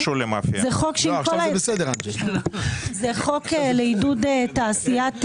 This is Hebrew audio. זה חוק לעידוד תעשייה